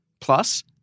plus